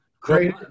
Great